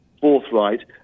forthright